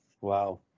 Wow